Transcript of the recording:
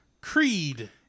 creed